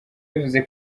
bivuze